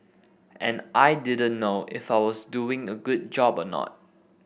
and I didn't know if I was doing a good job or not